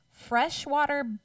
freshwater